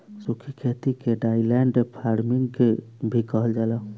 सूखी खेती के ड्राईलैंड फार्मिंग भी कहल जाला